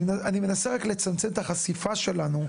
אני מנסה רק לצמצם את החשיפה שלנו.